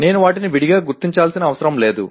నేను వాటిని విడిగా గుర్తించాల్సిన అవసరం లేదు